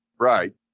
Right